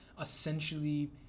essentially